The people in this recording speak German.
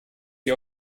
die